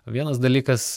vienas dalykas